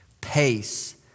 Pace